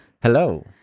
Hello